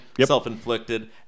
self-inflicted